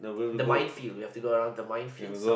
the minefield you have to go around the minefield so